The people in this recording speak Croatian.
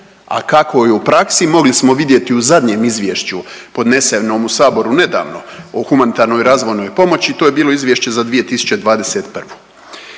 A kako je u praksi mogli smo vidjeti u zadnjem izvješću podnesenom u saboru nedavno o humanitarnoj razvojnoj pomoći, to je bilo izvješće za 2021.